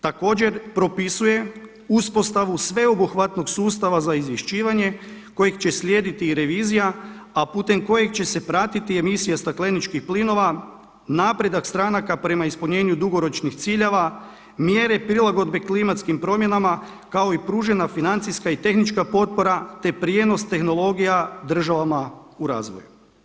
Također propisuje uspostavu sveobuhvatnog sustava za izvješćivanje kojeg će slijediti revizija, a putem kojeg će se pratiti emisija stakleničkih plinova, napredak stranaka prema ispunjenju dugoročnih ciljeva, mjere prilagodbe klimatskim promjenama kao i pružena financijska i tehnička potpora, te prijenos tehnologija državama u razvoju.